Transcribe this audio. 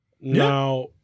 Now